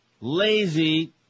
Lazy